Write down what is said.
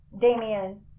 Damien